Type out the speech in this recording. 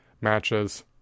matches